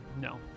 No